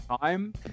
time